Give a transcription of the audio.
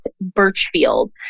birchfield